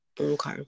okay